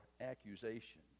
accusation